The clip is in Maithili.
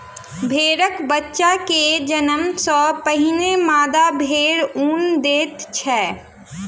भेड़क बच्चा के जन्म सॅ पहिने मादा भेड़ ऊन दैत अछि